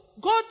God